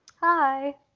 hi